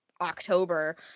October